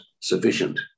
sufficient